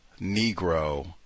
Negro